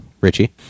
Richie